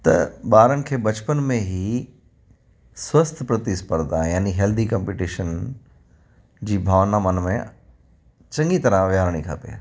त ॿारनि खे बच्चपन में ही सवस्थ्य प्रतिस्पर्धा यानि हेल्दी कम्पीटीशन जी भावना मन में चङी तरह वियारणी खपे